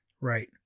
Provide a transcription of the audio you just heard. right